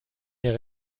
mehr